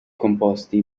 composti